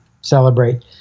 celebrate